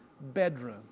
bedroom